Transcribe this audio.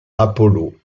apollo